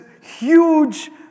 huge